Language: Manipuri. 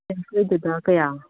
ꯆꯦꯡꯐꯨꯗꯨꯗ ꯀꯌꯥ